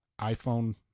iPhone